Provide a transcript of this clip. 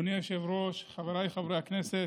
אדוני היושב-ראש, חבריי חברי הכנסת,